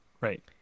right